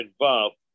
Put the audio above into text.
involved